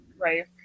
right